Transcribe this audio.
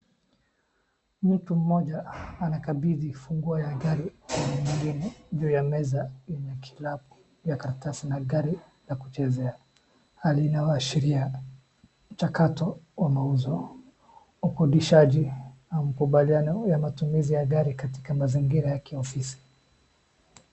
Mtu mmoja anakabidhi funguo ya gari kwa mwengine juu ya meza yenye kilabu ya karatasi na gari la kuchezea. Hali inaashiria mchakato wa mauzo, ukodishaji au mkubaliano ya matumizi ya gari katika mazingira ya kiofisi.